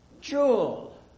jewel